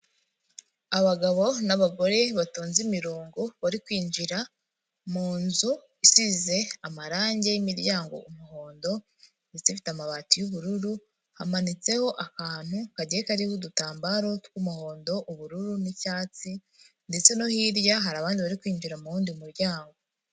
Abagabo n'abagore batonze imirongo, bari kwinjira mu nzu isize amarangi y'imiryango umuhondo ndetse ifite amabati y'ubururu, amanitseho akantu kagiye kariho udutambaro tw'umuhondo, ubururu n'icyatsi ndetse no hirya hari abandi bari kwinjira mu wundi muryango.